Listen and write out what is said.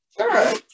Sure